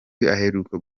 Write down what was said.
aheruka